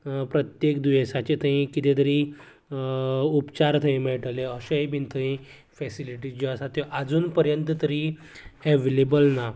प्रत्येक दुयेंसांचे थंय कितें तरी उपचार थंय मेळटले अशेंय बीन थंय फेसिलिटी ज्यो आसात त्यो आजून पर्यंत तरी एवेलेबल ना